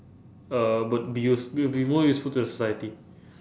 uh would be used will be more useful to the society